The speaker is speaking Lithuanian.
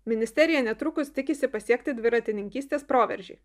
ministerija netrukus tikisi pasiekti dviratininkystės proveržį